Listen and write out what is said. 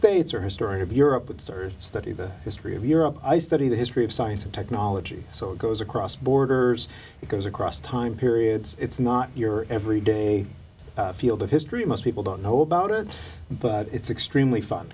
states or historian of europe would sir study the history of europe i study the history of science and technology so it goes across borders and goes across time periods it's not your every day field of history most people don't know about it but it's extremely fun